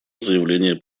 заявление